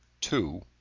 two